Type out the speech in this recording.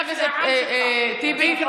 תתבייש.